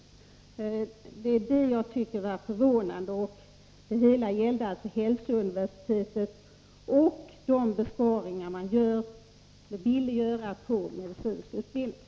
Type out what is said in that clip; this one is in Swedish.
Att man inte insett det tycker jag är förvånande. 35 Det hela gällde alltså hälsouniversitetet och de besparingar man vill göra på medicinsk utbildning.